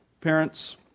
parents